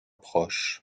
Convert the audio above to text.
proche